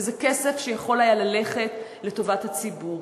וזה כסף שיכול היה ללכת לטובת הציבור.